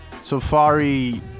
Safari